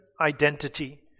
identity